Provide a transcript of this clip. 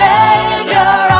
Savior